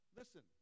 listen